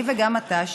אני וגם אתה,